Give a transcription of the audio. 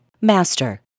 Master